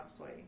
cosplay